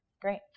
Great